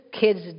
kid's